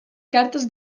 cartes